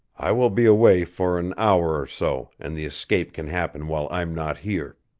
i will be away for an hour or so, and the escape can happen while i'm not here.